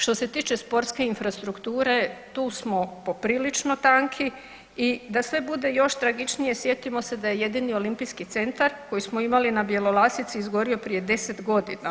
Što se tiče sportske infrastrukture tu smo poprilično tanki i da sve bude još tragičnije sjetimo se da je jedini olimpijski centar koji smo imali na Bjelolasici izgorio prije 10 godina.